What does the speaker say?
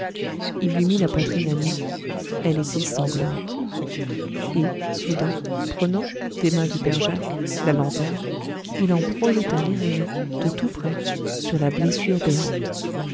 il lui mit la poitrine à nu elle était sanglante et soudain prenant des mains du père jacques la lanterne il en projeta les rayons de tout près sur la blessure béante